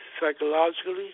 psychologically